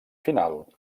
final